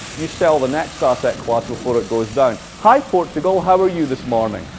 you sell the next asset class before it goes down. hi, portugal, how are you this morning?